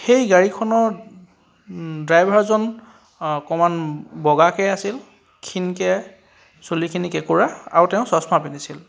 সেই গাড়ীখনৰ ড্ৰাইভাৰজন অকণমান বগাকৈ আছিল খীণকৈ চুলিখিনি কেঁকুৰা আৰু তেওঁ চচমা পিন্ধিছিল